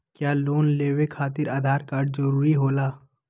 क्या लोन लेवे खातिर आधार कार्ड जरूरी होला?